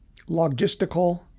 logistical